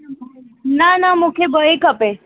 न न मूंखे ॿ ई खपे